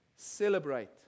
Celebrate